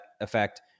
effect